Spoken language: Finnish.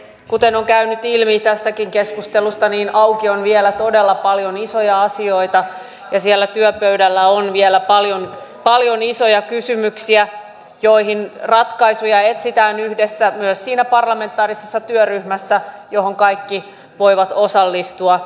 kuten on käynyt ilmi tästäkin keskustelusta auki on vielä todella paljon isoja asioita ja siellä työpöydällä on vielä paljon isoja kysymyksiä joihin ratkaisuja etsitään yhdessä myös siinä parlamentaarisessa työryhmässä johon kaikki voivat osallistua